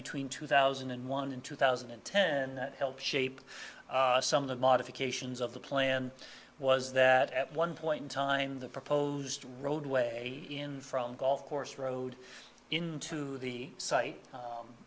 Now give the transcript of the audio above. between two thousand and one in two thousand and ten helped shape some of the modifications of the plan was that at one point in time the proposed roadway in from golf course road into the site